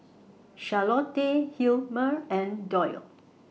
Charlottie Hilmer and Doyle